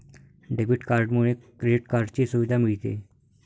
debit कार्डमुळे credit कार्डची सुविधा मिळते